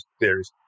theories